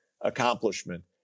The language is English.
accomplishment